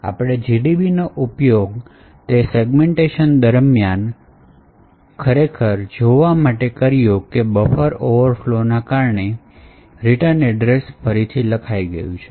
આપણે GDB નો ઉપયોગ તે સેગ્મેન્ટેશનદરમિયાન ખરેખર જોવા માટે કર્યું કે બફર ઓવરફ્લો ને કારણે રિટર્ન એડ્રેસ ફરીથી લખાઈ ગયું છે